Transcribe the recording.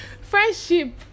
Friendship